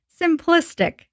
simplistic